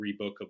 rebookable